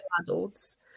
adults